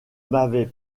m’avait